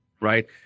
right